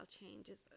changes